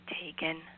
taken